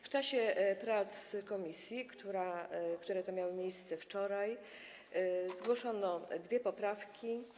W czasie prac komisji, które to miały miejsce wczoraj, zgłoszono dwie poprawki.